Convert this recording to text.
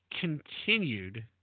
continued